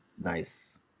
Nice